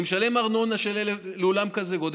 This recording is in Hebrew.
אני משלם ארנונה על אולם בגודל כזה,